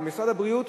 על משרד הבריאות,